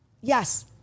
Yes